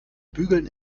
bügeln